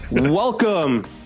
welcome